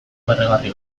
barregarri